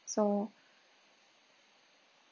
so